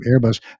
Airbus